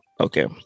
Okay